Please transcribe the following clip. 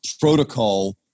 protocol